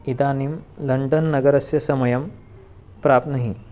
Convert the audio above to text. इदानीं लण्डन् नगरस्य समयं प्राप्नुहि